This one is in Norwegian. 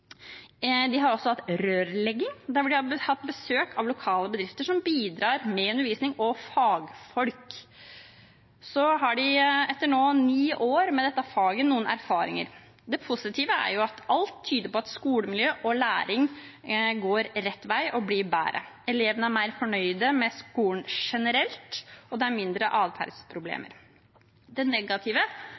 De har også hatt rørlegging, der de har hatt besøk av lokale bedrifter som bidrar med undervisning og fagfolk. Etter ni år med dette faget har de noen erfaringer. Det positive er at alt tyder på at skolemiljø og læring går rett vei og blir bedre. Elevene er mer fornøyd med skolen generelt, og det er mindre atferdsproblemer. Det negative